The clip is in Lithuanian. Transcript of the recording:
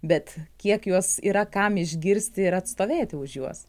bet kiek juos yra kam išgirsti ir atstovėti už juos